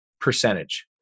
percentage